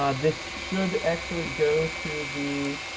ah this should actually go to the